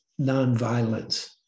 nonviolence